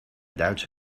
duitse